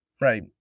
Right